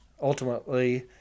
Ultimately